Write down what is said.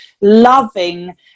loving